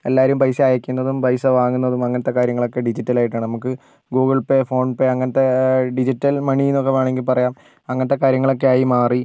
എല്ലാവരും പൈസ അയക്കുന്നതും പൈസ വാങ്ങുന്നതും അങ്ങനത്തെ കാര്യങ്ങളൊക്കെ ഡിജിറ്റൽ ആയിട്ടാണ് നമുക്ക് ഗൂഗിൾ പേ ഫോൺ പേ അങ്ങനത്തെ ഡിജിറ്റൽ മണിന്നൊക്കെ വേണമെങ്കിൽ പറയാം അങ്ങനത്തെ കാര്യങ്ങളൊക്കെ ആയി മാറി